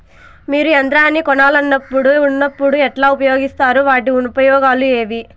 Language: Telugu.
మీరు యంత్రాన్ని కొనాలన్నప్పుడు ఉన్నప్పుడు ఎట్లా ఉపయోగిస్తారు వాటి ఉపయోగాలు ఏవి?